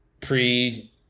pre